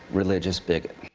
religious bigot.